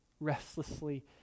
Restlessly